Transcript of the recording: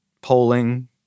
polling